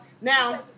Now